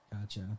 gotcha